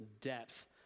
depth